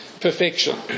perfection